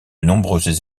nombreuses